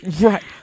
Right